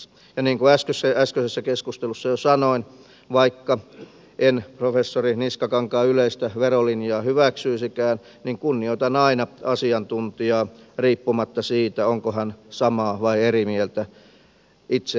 niin kuin äskeisessä keskustelussa jo sanoin vaikka en professori niskakankaan yleistä verolinjaa hyväksyisikään kunnioitan aina asiantuntijaa riippumatta siitä onko hän samaa vai eri mieltä itseni kanssa